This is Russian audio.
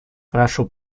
прошу